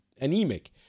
anemic